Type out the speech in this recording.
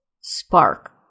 spark